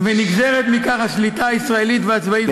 ונגזרת מכך השליטה הישראלית והצבאית במרחב.